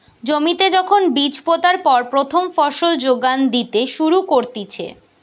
জমিতে যখন বীজ পোতার পর প্রথম ফসল যোগান দিতে শুরু করতিছে